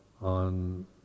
on